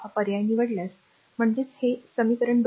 हा पर्याय निवडल्यास म्हणजेच हे r समीकरण २